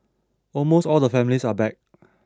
almost all the families are back